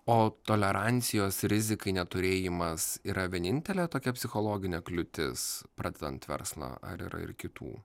o tolerancijos rizikai neturėjimas yra vienintelė tokia psichologinė kliūtis pradedant verslą ar yra ir kitų